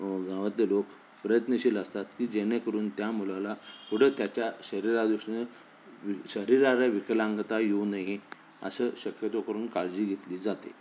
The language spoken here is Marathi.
गावातले लोक प्रयत्नशील असतात की जेणेकरून त्या मुलाला पुढे त्याच्या शरीरादृष्टीने शरीराला विकलांगता येऊ नये असं शक्यतो करून काळजी घेतली जाते